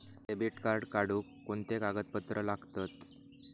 Debit card काढुक कोणते कागदपत्र लागतत?